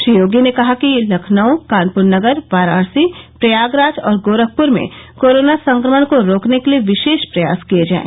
श्री योगी ने कहा कि लखनऊ कानपुर नगर वाराणसी प्रयागराज और गोरखपुर में कोरोना संक्रमण को रोकने के लिये विशेष प्रयास किये जायें